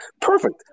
Perfect